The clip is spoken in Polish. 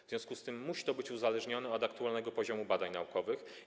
W związku z tym musi to być uzależnione od aktualnego poziomu badań naukowych.